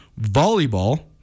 volleyball